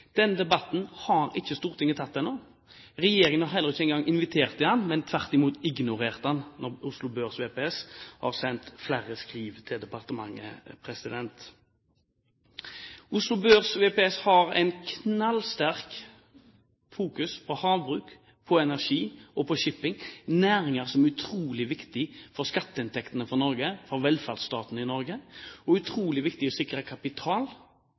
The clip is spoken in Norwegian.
Denne debatten har ikke Stortinget tatt ennå. Regjeringen har ikke engang invitert til den, men tvert imot ignorert den når Oslo Børs VPS har sendt flere skriv til departementet. Oslo Børs VPS har en knallsterk fokusering på havbruk, på energi og på shipping – næringer som er utrolig viktige for skatteinntektene i Norge, for velferdsstaten Norge og for å sikre bedrifter som skal ut i verden, kapital.